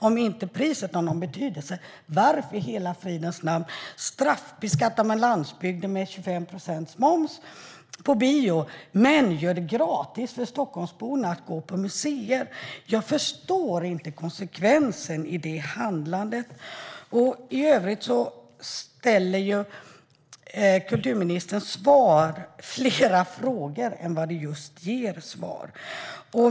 Om inte priset har någon betydelse, varför i hela fridens namn straffbeskattar man då landsbygden med 25 procents moms på bio men gör det gratis för Stockholmsborna att gå på museer? Jag förstår inte det konsekventa i det handlandet. I övrigt reser kulturministerns svar flera frågor än vad det ger svar på.